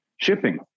shipping